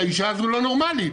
האישה הזו לא נורמלית,